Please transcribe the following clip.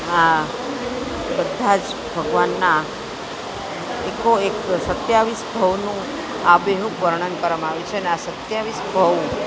આ બધા જ ભગવાનના એકો એક સત્યાવીસ ભવનું આબેહૂબ વર્ણન કરવામાં આવ્યું છે આ સત્યાવીસ ભવ